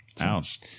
Ouch